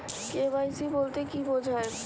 KYC বলতে কি বোঝায়?